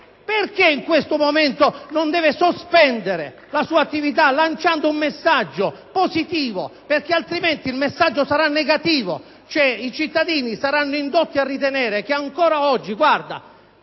Perché in questo momento non deve sospendere la sua attività, lanciando un messaggio positivo? Altrimenti, il messaggio sarà negativo: i cittadini saranno indotti a ritenere che il parlamentare,